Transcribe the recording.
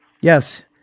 yes